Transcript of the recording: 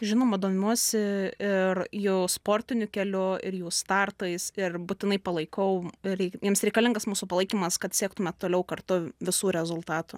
žinoma domiuosi ir jų sportiniu keliu ir jų startais ir būtinai palaikau ir jiems reikalingas mūsų palaikymas kad siektume toliau kartu visų rezultatų